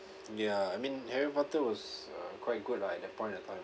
ya I mean harry potter was uh quite good lah at that point of time